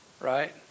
right